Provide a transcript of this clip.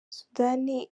sudani